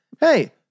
Hey